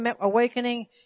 awakening